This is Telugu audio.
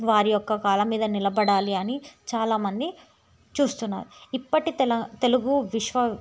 వారి యొక్క కాళ్ళ మీద నిలబడాలి అని చాలా మంది చూస్తున్నారు ఇప్పటి తెల తెలుగు విశ్వ